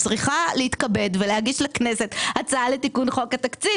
צריכה להתכבד ולהגיש לכנסת הצעה לתיקון חוק התקציב.